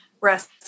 rest